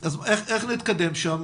אז איך נתקדם שם,